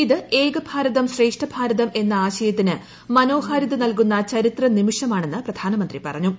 ഇത് ഏക ഭാരതം ശ്രേഷ്ഠഭാരതം എന്ന ആശയത്തിന് മനോഹാരിത നൽകുന്ന ചരിത്രനിമിഷമാണെന്ന് പ്രധാനമന്ത്രി പറഞ്ഞു